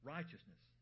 Righteousness